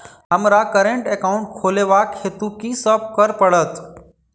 हमरा current account खोलेवाक हेतु की सब करऽ पड़त?